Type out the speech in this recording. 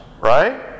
right